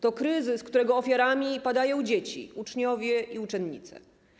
To kryzys, którego ofiarami padają dzieci, uczniowie i uczennice.